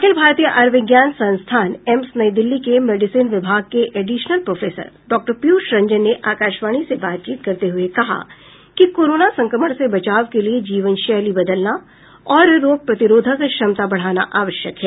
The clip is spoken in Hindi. अखिल भारतीय आयूर्विज्ञान संस्थान एम्स नई दिल्ली के मेडिसिन विभाग के एडिशनल प्रोफेसर डॉ पीयूष रंजन ने आकाशवाणी से बातचीत करते हुए कहा कि कोरोना संक्रमण से बचाव के लिये जीवनशैली बदलना और रोग प्रतिरोधक क्षमता बढ़ाना आवश्यक है